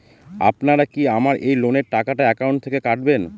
আপনারা কি আমার এই লোনের টাকাটা একাউন্ট থেকে কাটবেন?